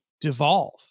devolve